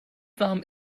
warm